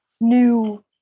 new